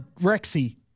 Rexy